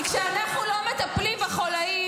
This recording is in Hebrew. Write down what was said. כי כשאנחנו לא מטפלים בחולָיים,